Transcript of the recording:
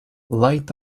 light